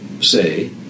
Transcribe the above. say